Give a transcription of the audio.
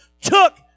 took